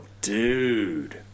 dude